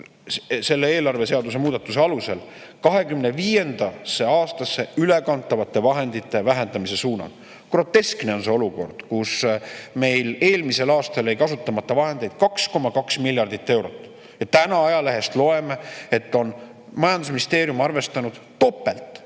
selle eelarveseaduse muudatuse alusel 2025. aastasse ülekantavate vahendite vähendamiseks. Groteskne on see olukord, kus meil eelmisel aastal jäi kasutamata vahendeid 2,2 miljardit eurot ja täna ajalehest loeme, et majandusministeerium on arvestanud topelt